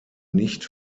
nicht